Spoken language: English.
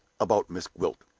about miss gwilt.